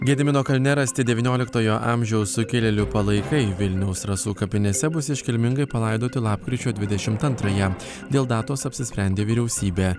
gedimino kalne rasti devynioliktojo amžiaus sukilėlių palaikai vilniaus rasų kapinėse bus iškilmingai palaidoti lapkričio dvidešimt antrąją dėl datos apsisprendė vyriausybė